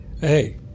Hey